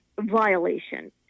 violation